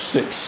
Six